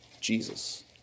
Jesus